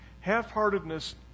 Half-heartedness